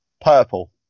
purple